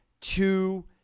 Two